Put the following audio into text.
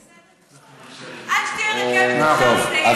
בסדר גמור.